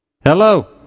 Hello